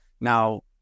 now